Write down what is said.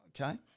okay